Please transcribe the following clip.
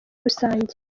rusange